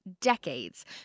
decades